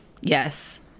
Yes